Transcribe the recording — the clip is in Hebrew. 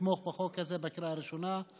נתמוך בחוק הזה בקריאה הראשונה.